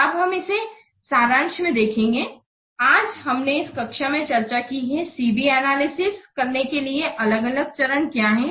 अब हम इसे सारांश में देखेंगे आज हमने इस कक्षामें चर्चा की है कि C B एनालिसिस करने के लिए अलग अलग चरण क्या हैं